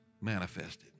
manifested